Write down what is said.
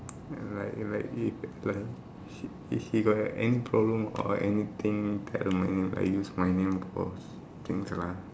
like like if like he if he got anything problem or anything tell me I use my name for things lah